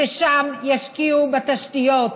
ששם ישקיעו בתשתיות,